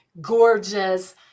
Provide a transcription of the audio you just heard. gorgeous